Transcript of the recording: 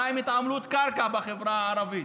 מה עם התעמלות קרקע בחברה הערבית,